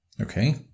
Okay